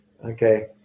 Okay